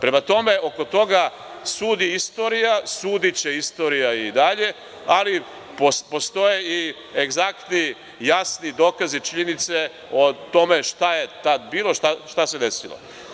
Prema tome, oko toga sudi istorija, sudiće istorija i dalje, ali postoje i egzaktni i jasni dokazi i činjenice o tome šta je tada bilo i šta se desilo.